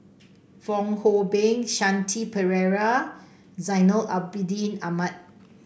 Fong Hoe Beng Shanti Pereira Zainal Abidin Ahmad